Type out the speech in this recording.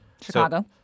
Chicago